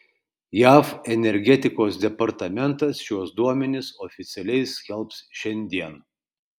jav energetikos departamentas šiuos duomenis oficialiai skelbs šiandien